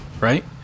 right